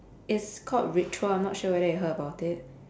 it's called ritual I'm not sure whether you've heard about it